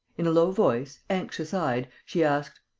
in a low voice, anxious-eyed, she asked